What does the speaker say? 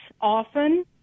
often